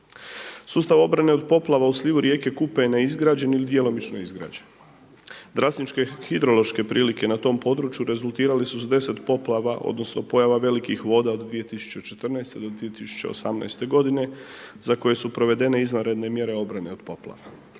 Sustav obrane od poplava u slivu rijeke Kupe je neizgrađen ili djelomično izgrađen. Drasničke hidrološke prilike na tom području rezultirali su s 10 poplava odnosno pojava velikih voda od 2014. do 2018. godine za koje su provedene izvanredne mjere obrane od poplava.